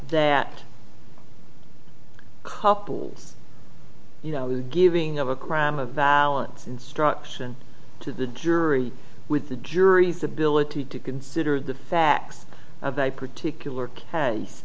that couples you know the giving of a crime a valance instruction to the jury with the jury's ability to consider the facts of a particular case